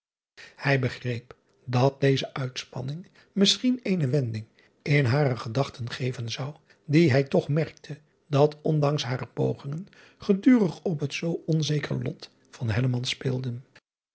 ij begreep dat deze uitspanning misschien eene wending in hare gedachten geven zou die hij toch merkte dat ondanks hare pogingen gedurig op het zoo onzeker lot van speelden